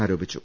ആരോ പിച്ചു